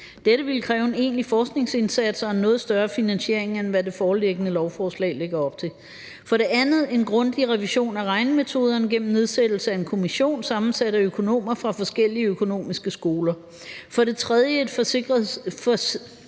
dette ville kræve en egentlig forskningsindsats og en noget større finansiering, end hvad det foreliggende lovforslag lægger op til; for det andet en grundig revision af regnemetoderne gennem nedsættelse af en kommission sammensat af økonomer fra forskellige økonomiske skoler; for det tredje et